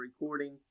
recording